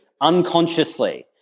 unconsciously